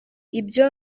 ibyo